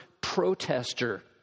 protester